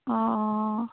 অঁ অঁ